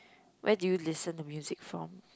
where do you listen to music from